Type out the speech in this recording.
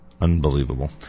unbelievable